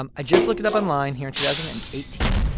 um i just looked it up online here in two thousand and eighteen.